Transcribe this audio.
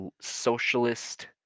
socialist